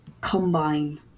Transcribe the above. combine